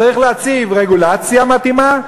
צריך להציב רגולציה מתאימה,